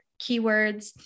keywords